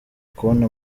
kubona